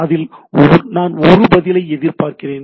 அதில் நான் ஒரு பதிலை எதிர்பார்க்கிறேன்